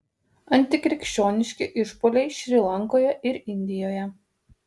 antikrikščioniški išpuoliai šri lankoje ir indijoje